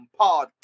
Podcast